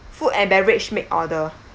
food and beverage make order